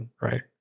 Right